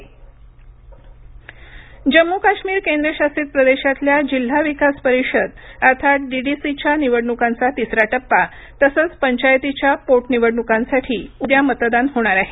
जम्मू काश्मीर निवडणुक जम्मू काश्मीर केंद्रशासित प्रदेशातल्या जिल्हा विकास परिषद अर्थात डीडीसीच्या निवडणुकांचा तिसरा टप्पा तसंच पंचायतीच्या पोट निवडणुकांसाठी उद्या मतदान होणार आहे